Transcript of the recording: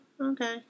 okay